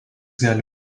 gali